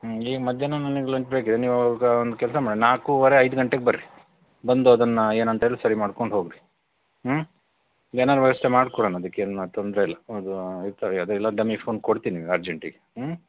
ಈಗ ಮಧ್ಯಾಹ್ನ ನನಗೆ ಲಂಚ್ ಬ್ರೇಕಿದೆ ನೀವಾವಾಗ ಒಂದು ಕೆಲಸ ಮಾಡಿ ನಾಲ್ಕುವರೆ ಐದು ಗಂಟೆಗೆ ಬರ್ರಿ ಬಂದು ಅದನ್ನು ಏನಂತೇಳಿ ಸರಿ ಮಾಡ್ಕೊಂಡು ಹೋಗಿರಿ ಹ್ಞೂ ಏನಾದರೂ ವ್ಯವಸ್ಥೆ ಮಾಡಿಕೊಡೋಣ ಅದಕ್ಕೇನು ತೊಂದರೆಯಿಲ್ಲ ಅದು ಇರ್ತದೆ ಅದು ಇಲ್ಲ ಡಮ್ಮಿ ಫೋನ್ ಕೊಡ್ತೀನಿ ಅರ್ಜೆಂಟಿಗೆ ಹ್ಞೂ